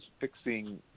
fixing